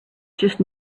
just